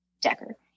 Decker